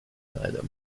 neither